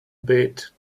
bit